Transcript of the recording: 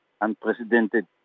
unprecedented